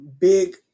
big